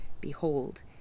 behold